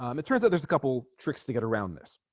um it turns out there's a couple tricks to get around this